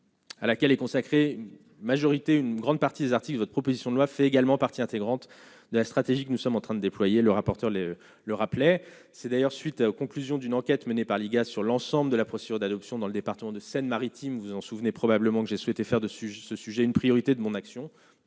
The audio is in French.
à laquelle est consacré majorité une grande partie des articles votre proposition de loi fait également partie intégrante de la stratégie que nous sommes en train de déployer le rapporteur le le rappelait, c'est d'ailleurs suite aux conclusions d'une enquête menée par l'IGAS sur l'ensemble de la procédure d'adoption dans le département de Seine-Maritime, vous vous en souvenez probablement que j'ai souhaité faire de sur ce sujet, une priorité de mon action,